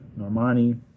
Normani